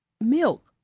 milk